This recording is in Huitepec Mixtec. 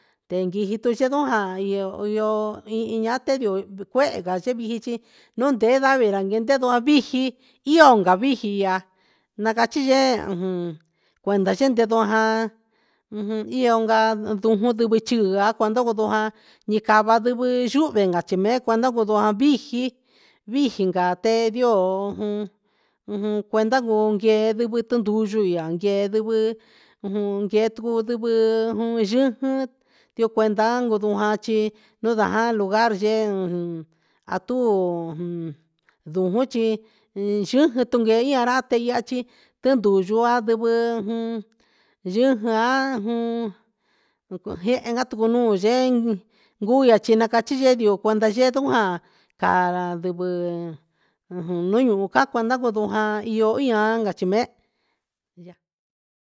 Te ndiji tu jee ndioo in in la ndioo cuehe ca chi viji un nde ndavi ndehe ndo a viji gion ga vijia na cachi yee cuenda chindi ndoja ioga ndujun chi ndivɨ chi cua nducu tuhun ca i cava sivɨ xuhve gachi mee cuando cuahan vijin ga ten ndioo ujun cuenda gun guee yutun nduyu yee ndivɨ jun yɨti yu cuenda cutujachin ndunda jaa lugar yee a tu ndujuchi xujutunndui ra te ra chi te nduyua sivɨ yijian yehe jati cun nuun yee gua chi na cachi yee ndio cuenda yee nduajan ca ra ndivɨ ajan nuun yuhu ta cua ndacua iyo ian cachi mee.